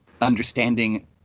understanding